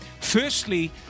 Firstly